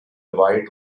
white